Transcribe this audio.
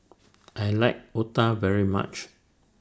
I like Otah very much